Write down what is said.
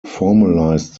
formalised